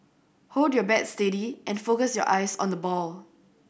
hold your bat steady and focus your eyes on the ball